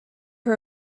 her